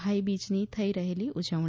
ભાઈબીજની થઈ રહેલી ઉજવણી